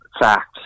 facts